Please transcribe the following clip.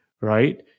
Right